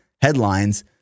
headlines